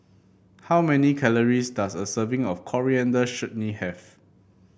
how many calories does a serving of Coriander Chutney have